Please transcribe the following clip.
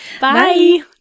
Bye